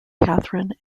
catherine